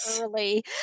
early